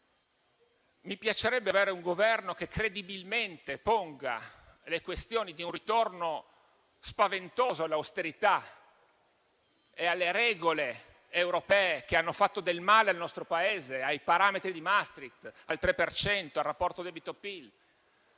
mi piacerebbe avere un Governo che credibilmente ponga le questioni di un ritorno spaventoso all'austerità e alle regole europee che hanno fatto del male al nostro Paese, ai parametri di Maastricht, al 3 per cento, al rapporto debito-PIL,